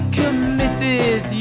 committed